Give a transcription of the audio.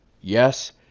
Yes